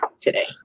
today